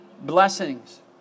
blessings